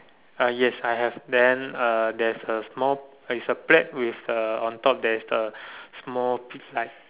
uh yes I have then uh there's a small it's a plate with uh on top there's the small pi~ like